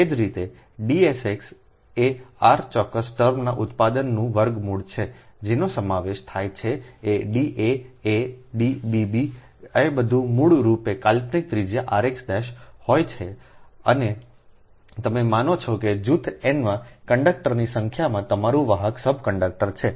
એ જ રીતે D sx એ r ચોક્ક્સ ટર્મના ઉત્પાદનનો n વર્ગમૂળ છે જેનો સમાવેશ થાય છે ડી એ એ D bb એ બધા મૂળ રૂપે કાલ્પનિક ત્રિજ્યા rx હોય છે અને તમે માનો છો કે જૂથ n માં કંડક્ટરની સંખ્યામાં તમારું વાહક સબ કંડક્ટર છે